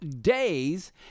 days